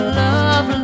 love